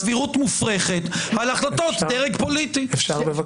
בחלק גדול מפסקי הדין מובנית אפשרות ערעור.